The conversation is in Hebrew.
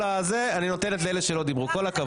ואני נותנת לאלה שלא דיברו כל הכבוד.